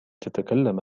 تتكلم